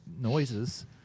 noises